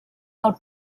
del